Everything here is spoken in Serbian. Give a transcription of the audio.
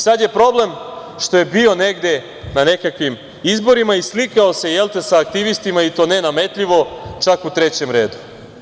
Sada je problem što je bio negde na nekakvim izborima i slikao se sa aktivistima, i to ne nametljivo, čak u trećem redu.